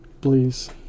Please